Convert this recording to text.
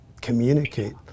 communicate